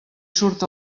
surt